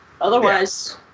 otherwise